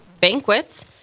banquets